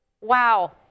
Wow